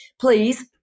please